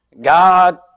God